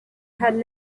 had